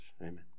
Amen